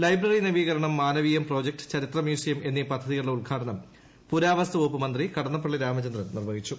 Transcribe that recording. library നവീകരണം Manaveeyam project ചരിത്ര museum എന്നീ പദ്ധതികളുടെ ഉദ്ഘാടനം പുരാവസ്തു വകുപ്പ് മന്ത്രി കടന്നപ്പള്ളി രാമചന്ദ്രൻ നിർവഹിച്ചു